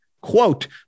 quote